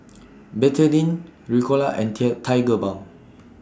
Betadine Ricola and Tear Tigerbalm